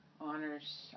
honors